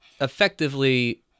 effectively